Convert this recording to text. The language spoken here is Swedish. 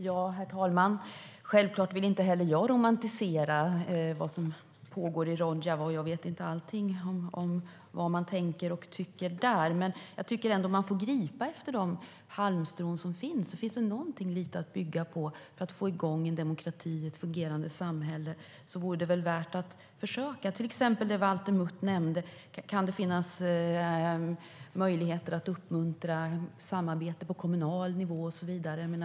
Herr talman! Självklart vill inte heller jag romantisera det som pågår i Rojava. Jag vet inte allting om vad man tänker och tycker där. Men jag tycker ändå att man får gripa efter de halmstrån som finns. Finns det någonting litet att bygga på för att få i gång en demokrati och ett fungerande samhälle är det väl värt att försöka. Det gäller till exempel det Valter Mutt nämnde. Kan det kanske också finnas möjligheter att uppmuntra samarbete på kommunal nivå och så vidare?